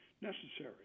necessary